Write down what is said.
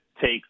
takes